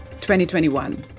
2021